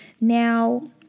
Now